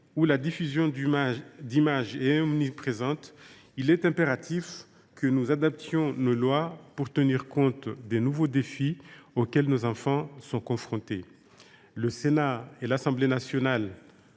où la diffusion d’images est omniprésente, il est impératif que les lois que nous adoptons tiennent compte des nouveaux défis auxquels nos enfants sont confrontés. Le Sénat et l’Assemblée nationale